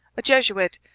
a jesuit,